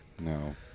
No